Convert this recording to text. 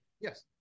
Yes